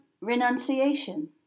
renunciation